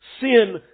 Sin